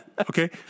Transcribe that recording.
okay